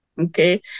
okay